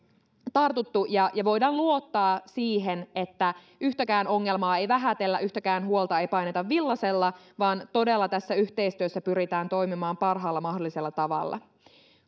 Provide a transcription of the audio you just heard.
tartuttu ja ja voidaan luottaa siihen että yhtäkään ongelmaa ei vähätellä yhtäkään huolta ei paineta villaisella vaan todella tässä yhteistyössä pyritään toimimaan parhaalla mahdollisella tavalla